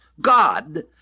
God